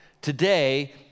Today